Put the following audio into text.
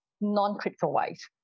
non-crypto-wise